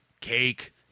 cake